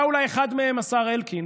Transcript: אתה אולי אחד מהם, השר אלקין,